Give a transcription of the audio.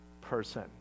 person